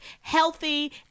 healthy